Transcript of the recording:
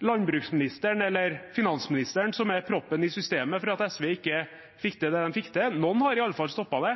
landbruksministeren eller finansministeren som er proppen i systemet for at SV ikke fikk det til. Noen har iallfall stoppet det.